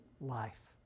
life